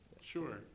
Sure